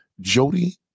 Jody